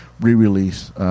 re-release